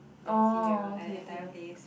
Dempsey Hill like the entire place